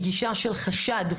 היא גישה של חשד,